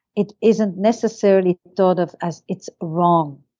it isn't necessarily thought of as it's wrong.